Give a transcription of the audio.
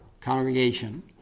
congregation